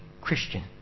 Christian